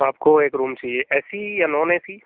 आपको एक रूम चाहिए ए सी या नॉन ए सी